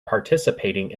participating